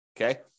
okay